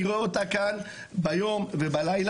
אני רואה אותה כאן ביום ובלילה,